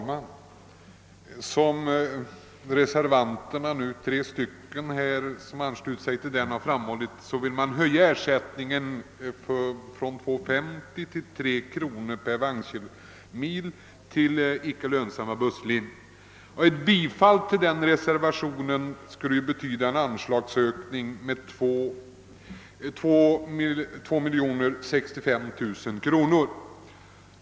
Herr talman! Såsom framhållits av de tre ledamöter som talat för reservationen vill man höja ersättningen till icke lönsam busstrafik från 2:50 till 3 kronor per vagnsmil. Ett bifall till den reservationen skulle innebära en anslagsökning med 2 065 000 kronor.